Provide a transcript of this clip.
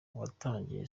watangiye